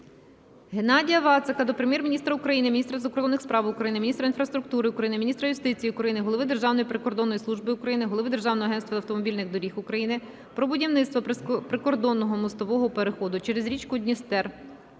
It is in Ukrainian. Геннадія Вацака до Прем'єр-міністра України, міністра закордонних справ України, міністра інфраструктури України, міністра юстиції України, голови Державної прикордонної служби України, голови Державного агентства автомобільних доріг України про будівництво прикордонного мостового переходу через річку Дністер